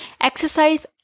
Exercise